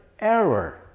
error